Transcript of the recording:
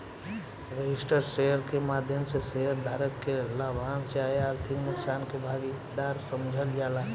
registered share के माध्यम से शेयर धारक के लाभांश चाहे आर्थिक नुकसान के भागीदार समझल जाला